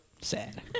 Sad